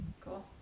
Cool